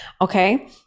okay